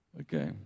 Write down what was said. Okay